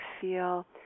feel